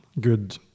good